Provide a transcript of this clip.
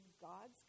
God's